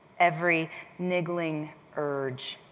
every niggling urge,